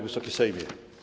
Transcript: Wysoki Sejmie!